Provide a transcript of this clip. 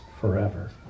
forever